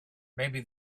maybe